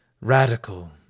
radical